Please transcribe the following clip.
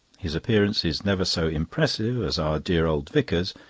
his appearance is never so impressive as our dear old vicar's,